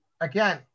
Again